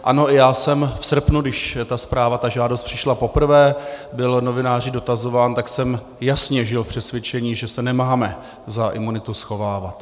Ano, i já jsem v srpnu, když ta zpráva, ta žádost přišla poprvé, byl novináři dotazován, tak jsem jasně žil v přesvědčení, že se nemáme za imunitu schovávat.